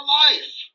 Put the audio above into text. life